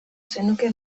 zenuke